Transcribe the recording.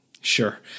Sure